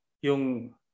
yung